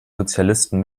sozialisten